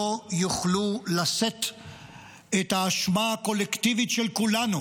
יוכלו לשאת את האשמה קולקטיבית של כולנו